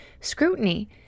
scrutiny